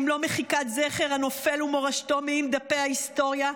אם לא מחיקת זכר הנופל ומורשתו מעם דפי ההיסטוריה?